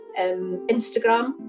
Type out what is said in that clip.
Instagram